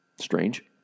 Strange